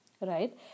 right